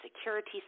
security